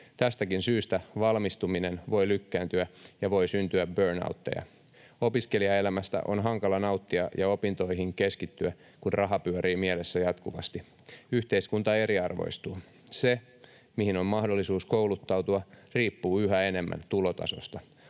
Tästäkin syystä valmistuminen voi lykkääntyä, ja voi syntyä burnouteja. Opiskelijaelämästä on hankala nauttia ja opintoihin keskittyä, kun raha pyörii mielessä jatkuvasti. Yhteiskunta eriarvoistuu. Se, mihin on mahdollisuus kouluttautua, riippuu yhä enemmän tulotasosta.